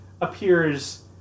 appears